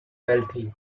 wealthy